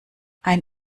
ein